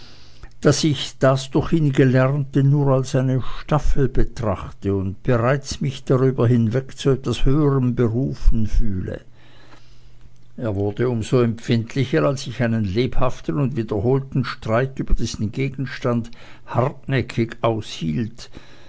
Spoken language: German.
daß ich das durch ihn gelernte nur als eine staffel betrachte und bereits mich darüber hinweg zu etwas höherem berufen fühle er wurde um so empfindlicher als ich einen lebhaften und wiederholten streit über diesen gegenstand hartnäckig aushielt